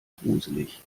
gruselig